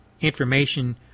information